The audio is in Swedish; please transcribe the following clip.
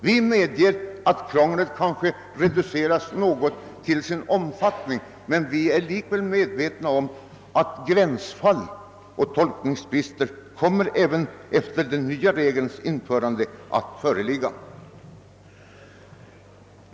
Vi medger att krånglet reduceras något till sin omfattning men vi är medvetna om att gränsfall och tolkningstvister kommer att uppstå också efter införande av den nya regeln.